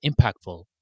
impactful